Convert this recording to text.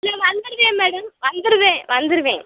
இல்லை வந்துருவேன் மேடம் வந்துருவேன் வந்துருவேன்